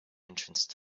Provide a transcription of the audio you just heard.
entrance